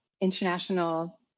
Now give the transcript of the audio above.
international